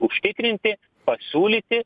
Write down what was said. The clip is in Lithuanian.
užtikrinti pasiūlyti